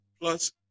Plus